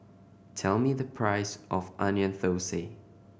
tell me the price of Onion Thosai